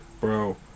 Bro